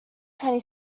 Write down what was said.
twenty